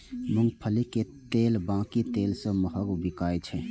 मूंगफली के तेल बाकी तेल सं महग बिकाय छै